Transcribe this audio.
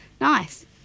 nice